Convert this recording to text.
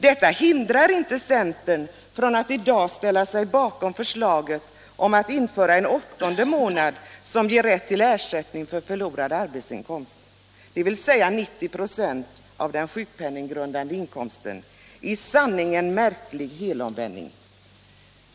Detta hindrar inte centern från att i dag ställa sig bakom förslaget att införa en åttonde månad som gäller rätt till ersättning för förlorad arbetsinkomst, dvs. 90 96 av den sjukpenninggrundande inkomsten. I sanning en märklig helomvändning!